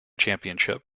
championship